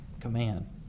command